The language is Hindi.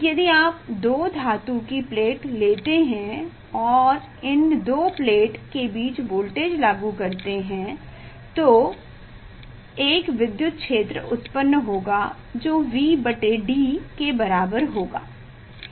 यदि आप दो धातु की प्लेट लेते हैं और इन दो प्लेट के बीच वोल्टेज लागू करते हैं तो एक विद्युत क्षेत्र उत्पन्न होगा जो V D के बराबर होगा